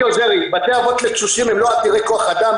בתי האבות לתשושים הם לא עתירי כוח אדם,